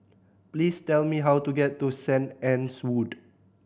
please tell me how to get to Saint Anne's Wood